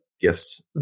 gifts